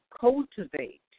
cultivate